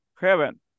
heaven